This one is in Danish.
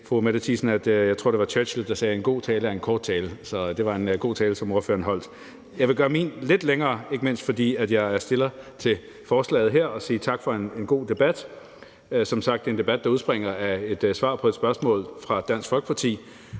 fru Mette Thiesen, at jeg tror, det var Churchill, der sagde, at en god tale er en kort tale. Så det var en god tale, ordføreren holdt. Jeg vil gøre min tale lidt længere, ikke mindst fordi jeg er forslagsstiller til forslaget her, og sige tak for en god debat. Det er som sagt en debat, der udspringer af et svar på et spørgsmål fra Dansk Folkeparti,